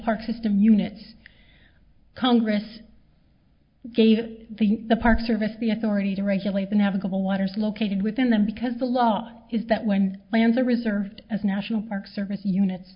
park system units congress gave the the park service the authority to regulate the navigable waters located within them because the law is that when lands are reserved as national park service units